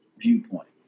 viewpoint